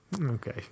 Okay